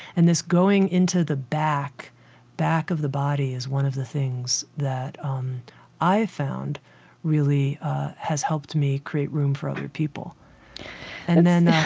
and this going into the back back of the body is one of the things that um i found really has helped me create room for other people and, then,